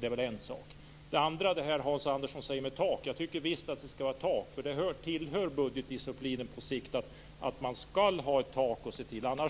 Det är en sak. Det andra gäller det Hans Andersson säger om tak. Jag tycker visst att vi skall ha tak. Det tillhör budgetdisciplinen på sikt att man skall ha ett tak.